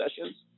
sessions